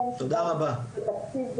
קיבלנו את התקציב,